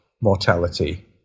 mortality